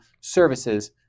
services